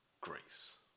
grace